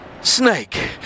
snake